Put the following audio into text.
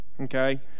okay